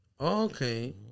Okay